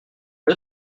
est